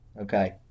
Okay